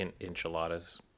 enchiladas